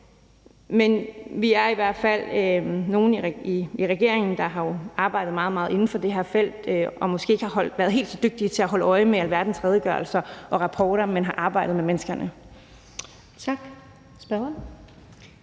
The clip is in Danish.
regeringen i hvert fald nogle, der har arbejdet meget, meget inden for det her felt, og vi har måske ikke været helt så dygtige til at holde øje med alverdens redegørelser og rapporter, men vi har arbejdet med menneskerne. Kl.